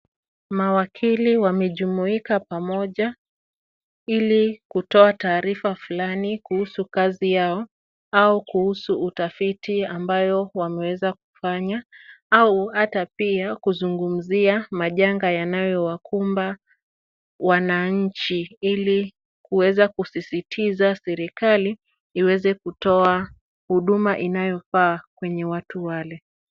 Mawakili wamejumuika pamoja ili kutoa taarifa fulani kuhusu kazi yao au kuhusu utafiti ambayo wameweza kufanya au hata pia kuzungumzia majanga yanayowakumba wananchi ili kuweza kusisitiza serikali iweze kutoa huduma inayofaa kwenye watu wale.